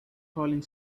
falling